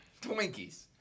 Twinkies